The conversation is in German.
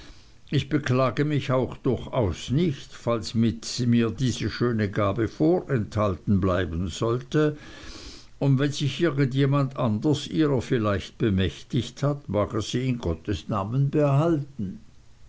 ich beklage mich auch durchaus nicht falls mir diese schöne gabe vorenthalten bleiben sollte und wenn sich irgend jemand anders ihrer vielleicht bemächtigt hat mag er sie in gottesnamen behalten